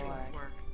his work.